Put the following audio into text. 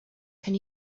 can